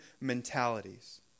mentalities